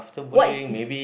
what is